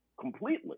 completely